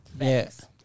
Yes